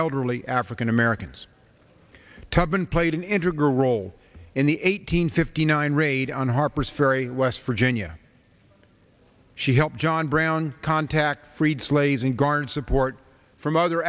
elderly african americans to have been played an integral role in the eight hundred fifty nine raid on harper's ferry west virginia she helped john brown contact freed slaves and guard support from other